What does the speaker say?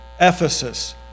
Ephesus